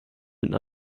been